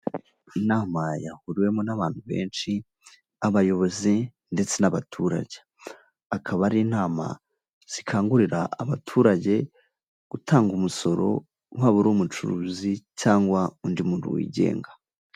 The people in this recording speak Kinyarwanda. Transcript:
Inama yahuriwemo n'abantu benshi, abayobozi ndetse n'abaturage. Akaba ari inama zikangurira abaturage gutanga umusoro, waba uri umucuruzi cyangwa undi muntu wigenga.